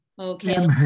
Okay